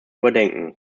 überdenken